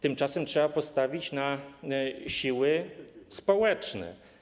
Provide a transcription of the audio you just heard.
Tymczasem trzeba postawić na siły społeczne.